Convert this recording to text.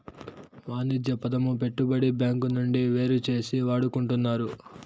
వాణిజ్య పదము పెట్టుబడి బ్యాంకు నుండి వేరుచేసి వాడుకుంటున్నారు